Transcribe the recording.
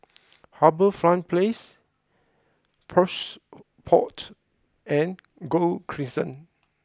HarbourFront Place Plush Pods and Gul Crescent